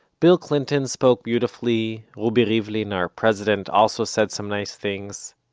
bill clinton spoke beautifully rubi rivlin, our president, also said some nice things.